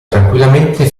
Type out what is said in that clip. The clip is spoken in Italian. tranquillamente